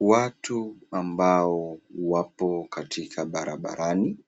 Watu ambao wapo katika barabarani